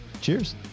cheers